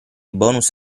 bonus